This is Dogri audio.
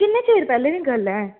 किन्ने चिर पैह्लें दी गल्ल ऐ